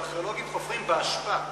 וארכיאולוגים חופרים באשפה,